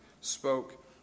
spoke